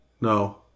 No